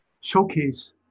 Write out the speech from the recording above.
showcase